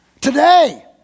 today